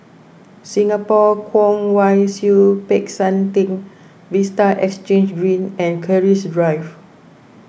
Singapore Kwong Wai Siew Peck San theng Vista Exhange Reen and Keris Drive